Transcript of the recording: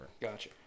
Gotcha